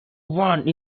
one